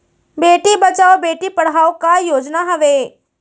बेटी बचाओ बेटी पढ़ाओ का योजना हवे?